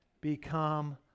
become